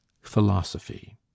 philosophy